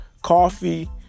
coffee